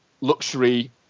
luxury